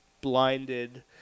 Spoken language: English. blinded